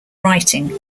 writing